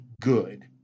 good